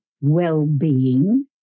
well-being